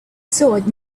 sword